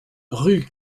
rue